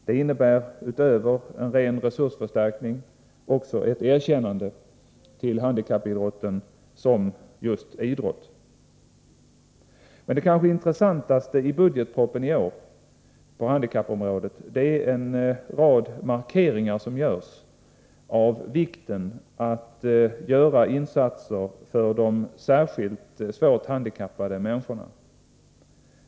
Det innebär, utöver en ren resursförstärkning, också ett erkännande till handikappidrotten som just idrott. Men det kanske viktigaste i budgetpropositionen i år på handikappområdet är en rad markeringar om vikten av att göra insatser för särskilt svårt handikappade människor.